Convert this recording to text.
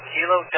Kilo